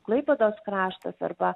klaipėdos kraštas arba